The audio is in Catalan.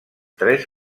tres